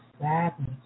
sadness